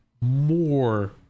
more